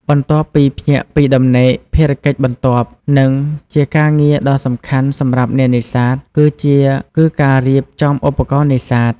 បន្ទាប់ពីភ្ញាក់ពីដំណេក ភារកិច្ចបន្ទាប់ និងជាការងារដ៏សំខាន់សម្រាប់អ្នកនេសាទ គឺការរៀបចំឧបករណ៍នេសាទ។